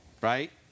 right